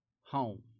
home